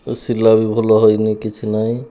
ସିଲା ବି ଭଲ ହୋଇନି କିଛି ନାହିଁ